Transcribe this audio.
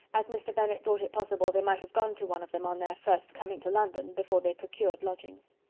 as mr. bennet thought it possible they might have gone to one of them, on their first coming to london, before they procured lodgings.